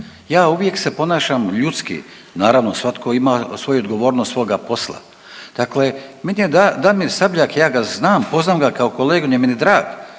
ja uvijek se ponašam ljudski. Naravno, svatko ima svoju odgovornost svoga posla. Dakle meni je Damir Sabljak, ja ga znam, poznam ga kao kolegu, on je meni drag